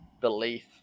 belief